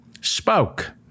spoke